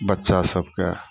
बच्चा सबके